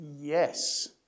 Yes